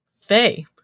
Faye